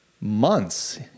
months